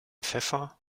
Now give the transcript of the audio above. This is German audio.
pfeffer